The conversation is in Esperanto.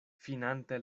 finante